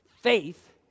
Faith